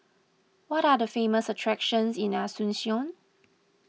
what are the famous attractions in Asuncion